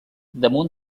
damunt